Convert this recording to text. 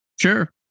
Sure